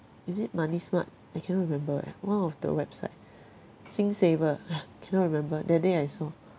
is it Moneysmart I cannot remember eh one of the website Singsaver cannot remember that day I saw